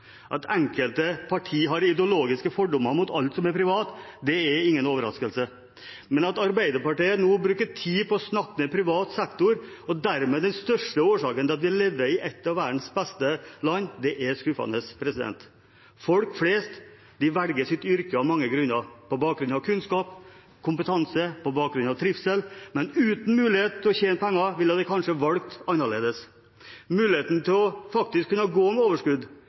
At enkelte partier har ideologiske fordommer mot alt som er privat, er ingen overraskelse, men at Arbeiderpartiet nå bruker tid på å snakke ned privat sektor og dermed den største årsaken til at vi lever i et av verdens beste land, er skuffende. Folk flest velger sitt yrke av mange grunner, på bakgrunn av kunnskap og kompetanse og på bakgrunn av trivsel. Men uten mulighet til å tjene penger ville de kanskje valgt annerledes – muligheten til å kunne gå med overskudd,